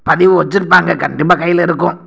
பதிவு வச்சிருப்பாங்க கண்டிப்பாக கையில் இருக்கும்